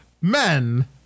men